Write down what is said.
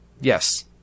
Yes